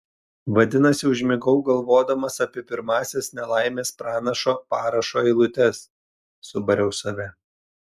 vadinasi užmigau galvodamas apie pirmąsias nelaimės pranašo parašo eilutes subariau save